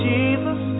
Jesus